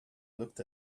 looked